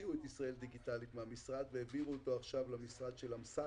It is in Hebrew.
הוציאו את ישראל דיגיטלית מהמשרד והעבירו אותו עכשיו למשרד של אמסלם,